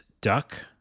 duck